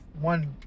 one